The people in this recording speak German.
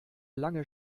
lange